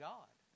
God